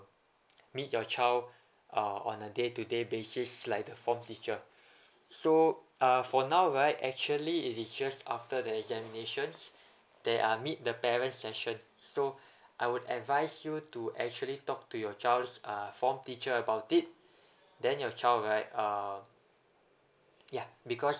meet your child uh on a day to day basis like the form teacher so uh for now right actually it is just after the examinations there are meet the parents session so I would advise you to actually talk to your child's uh form teacher about it then your child right um yeah because